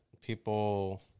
people